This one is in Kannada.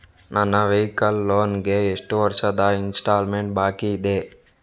ನನ್ನ ವೈಕಲ್ ಲೋನ್ ಗೆ ಎಷ್ಟು ವರ್ಷದ ಇನ್ಸ್ಟಾಲ್ಮೆಂಟ್ ಬಾಕಿ ಇದೆ?